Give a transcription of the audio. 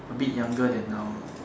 a bit younger than now